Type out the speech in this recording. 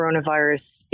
coronavirus